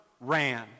ran